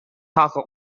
tagtha